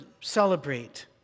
celebrate